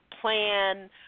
plan